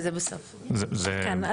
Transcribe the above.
כן.